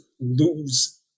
lose